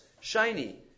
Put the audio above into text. Shiny